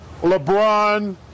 LeBron